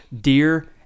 deer